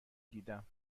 دیدم